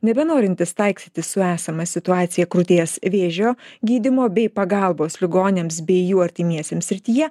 nebenorintys taikstytis su esama situacija krūties vėžio gydymo bei pagalbos ligoniams bei jų artimiesiems srityje